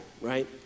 right